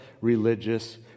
religious